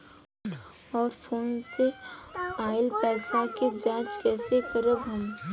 और फोन से आईल पैसा के जांच कैसे करब हम?